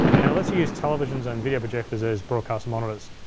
and it lets you use televisions and video projectors as broadcast monitors.